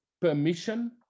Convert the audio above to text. permission